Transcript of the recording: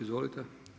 Izvolite.